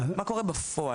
מה קורה בפועל.